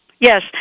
Yes